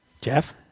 Jeff